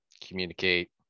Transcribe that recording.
communicate